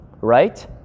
Right